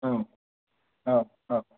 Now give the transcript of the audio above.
औ औ औ